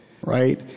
Right